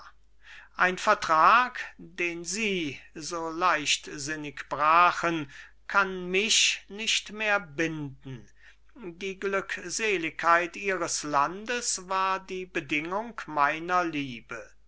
ein vertrag den sie so leichtsinnig brachen kann mich nicht mehr binden die glückseligkeit ihres landes war die bedingung meiner liebe